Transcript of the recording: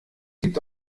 gibt